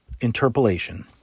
interpolation